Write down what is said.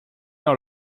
dans